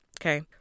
okay